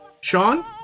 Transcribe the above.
Sean